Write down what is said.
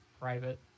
private